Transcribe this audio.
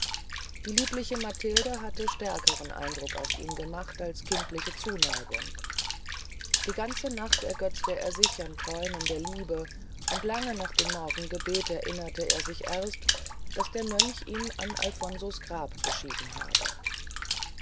die liebliche matilde hatte stärkeren eindruck auf ihn gemacht als kindliche zuneigung die ganze nacht ergötzte er sich an träumen der liebe und lange nach dem morgengebet erinnerte er sich erst daß der mönch ihn an alfonso's grab beschieden habe